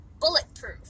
Bulletproof